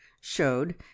showed